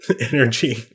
energy